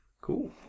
Cool